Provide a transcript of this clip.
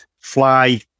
fly